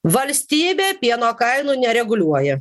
valstybė pieno kainų nereguliuoja